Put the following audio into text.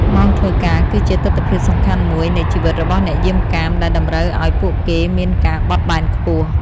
ម៉ោងធ្វើការគឺជាទិដ្ឋភាពសំខាន់មួយនៃជីវិតរបស់អ្នកយាមកាម ដែលតម្រូវឲ្យពួកគេមានការបត់បែនខ្ពស់។